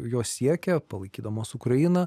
jos siekia palaikydamos ukrainą